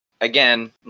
again